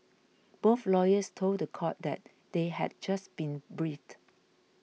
both lawyers told the court that they had just been briefed